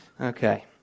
Okay